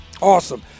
Awesome